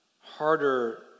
harder